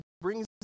brings